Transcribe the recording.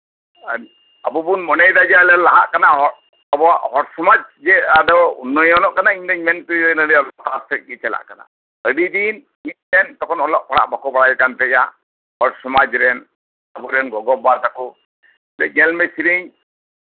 ᱟᱨ ᱟᱵᱚ ᱵᱚᱱ ᱢᱚᱱᱮᱭ ᱫᱟ ᱡᱮ ᱟᱞᱮ ᱞᱮ ᱞᱟᱦᱟᱜ ᱠᱟᱱᱟ ᱟᱵᱚᱣᱟᱜ ᱦᱚᱲ ᱥᱚᱢᱟᱡ ᱡᱮ ᱩᱱᱱᱚᱭᱚᱱᱚᱜ ᱠᱟᱱᱟ ᱤᱧ ᱫᱩᱧ ᱢᱚᱱᱮᱭᱟ ᱡᱮ ᱯᱷᱟᱨᱟᱠ ᱥᱮᱜ ᱜᱮ ᱪᱟᱞᱟᱜ ᱠᱟᱱᱟ ᱟᱹᱰᱤ ᱫᱤᱱ ᱴᱮᱱ ᱡᱚᱠᱷᱚᱱ ᱚᱞᱚᱜ ᱯᱟᱲᱦᱟᱜ ᱵᱟᱠᱚ ᱵᱟᱲᱟᱭ ᱠᱟᱱ ᱛᱟᱸᱦᱮᱭᱟ ᱦᱚᱲ ᱥᱚᱢᱟᱡ ᱨᱮᱱ ᱟᱵᱚ ᱨᱮᱱ ᱜᱚᱜᱚ ᱵᱟᱵᱟ ᱛᱟᱠᱚ ᱧᱮᱞ ᱢᱮ ᱥᱮᱨᱮᱧ